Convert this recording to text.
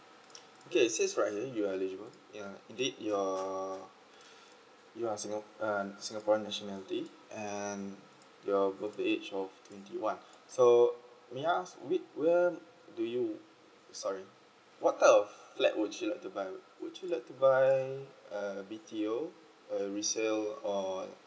okay this is right here you are eligible yeah did your you are singap~ uh singaporean nationality and your birthday age of twenty one so may I ask wi~ where do you sorry what type of flat would you like to buy would you like to buy uh B_T_O uh resale or